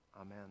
Amen